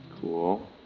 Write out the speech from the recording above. Cool